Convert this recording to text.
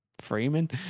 Freeman